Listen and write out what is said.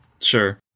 sure